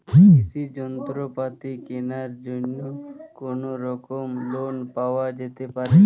কৃষিযন্ত্রপাতি কেনার জন্য কোনোরকম লোন পাওয়া যেতে পারে?